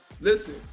Listen